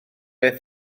beth